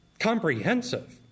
Comprehensive